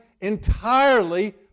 entirely